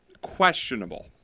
questionable